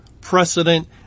precedent